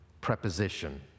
preposition